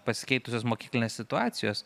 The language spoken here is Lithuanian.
pasikeitusios mokyklinės situacijos